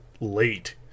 late